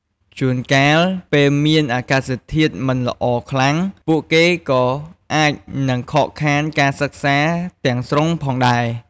ជួនកាល ពេលមានអាកាសធាតុមិនល្អខ្លាំង ពួកគេក៏អាចនឹងខកខានការសិក្សាទាំងស្រុងផងដែរ។